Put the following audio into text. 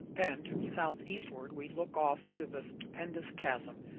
and to the southeastward we look off into the stupendous chasm,